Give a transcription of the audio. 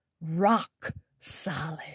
rock-solid